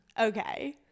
Okay